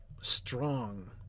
strong